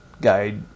guide